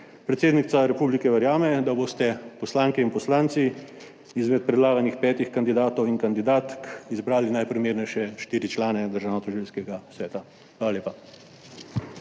Predsednica republike verjame, da boste poslanke in poslanci izmed predlaganih petih kandidatov in kandidatk izbrali najprimernejše štiri člane Državnotožilskega sveta. Hvala lepa.